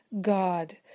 God